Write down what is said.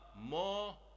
more